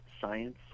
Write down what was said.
science